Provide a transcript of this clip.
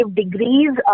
degrees